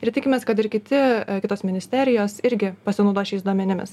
ir tikimės kad ir kiti kitos ministerijos irgi pasinaudos šiais duomenimis